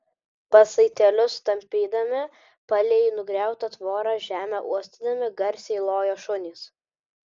pasaitėlius tampydami palei nugriautą tvorą žemę uostydami garsiai lojo šunys